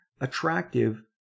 attractive